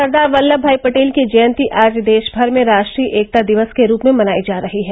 सरदार वल्लभ भाई पटेल की जयंती आज देश भर में राष्ट्रीय एकता दिवस के रूप में मनाई जा रही है